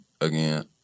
again